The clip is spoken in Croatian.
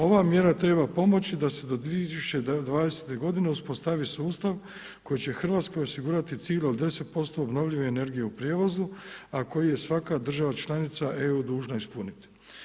Ova mjera treba pomoći da se do 2020. uspostavi sustav koji će Hrvatskoj osigurati cilj od 10% obnovljive energije u prijevozu, a koji je svaka država članica EU dužna ispuniti.